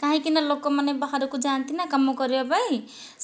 କାହିଁକିନା ଲୋକମାନେ ବାହାରକୁ ଯାଆନ୍ତି ନା କାମ କରିବା ପାଇଁ